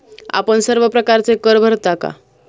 आपण सर्व प्रकारचे कर भरता का?